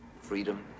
freedom